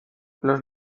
los